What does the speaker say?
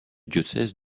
diocèse